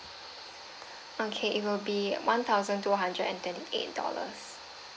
okay it will be one thousand two hundred and twenty eight dollars